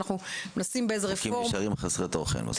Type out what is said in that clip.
ואנחנו מנסים באיזו רפורמה --- והחוקים נשארים חסרי תוכן בסוף.